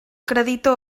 creditor